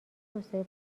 توسعه